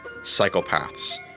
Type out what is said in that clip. Psychopaths